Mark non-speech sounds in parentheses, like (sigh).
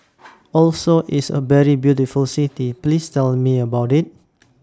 (noise) Oslo IS A very beautiful City Please Tell Me about IT